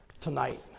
Tonight